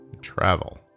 travel